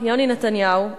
יוני נתניהו,